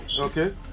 Okay